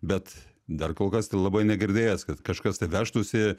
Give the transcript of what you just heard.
bet dar kol kas tai labai negirdėjęs kad kažkas tai vežtųsi